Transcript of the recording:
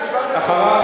אחריו,